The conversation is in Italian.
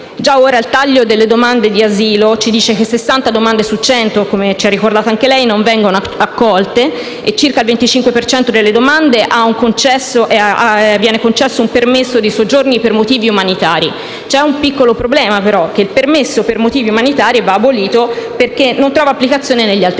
Già ora il taglio delle domande di asilo ci dice che 60 domande su 100, come ci ha ricordato anche lei, non vengono accolte e a circa il 25 per cento delle domande viene concesso un permesso di soggiorno per motivi umanitari. Si pone però un piccolo problema: il permesso per motivi umanitari deve essere abolito perché non trova applicazione negli altri